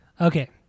Okay